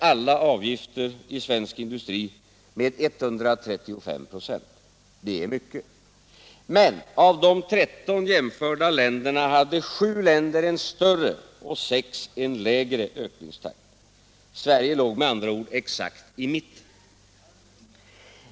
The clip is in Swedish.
alla avgifter) i svensk industri med 135 96. Det är mycket. Men av de 13 jämförda länderna hade 7 en större och 6 en lägre ökningstakt. Sverige låg med andra ord exakt i mitten.